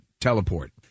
teleport